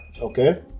okay